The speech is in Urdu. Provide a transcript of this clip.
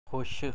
خوش